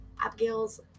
Abigail's